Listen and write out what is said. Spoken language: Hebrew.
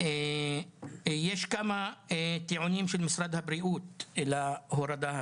יש כמה טיעונים של משרד הבריאות להורדה הזאת,